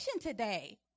today